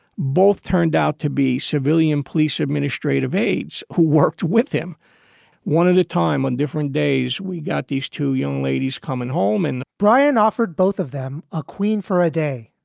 both turned out to be civilian police administrative aides who worked with him one at a time on different days we got these two young ladies coming home and brian offered both of them a queen for a day.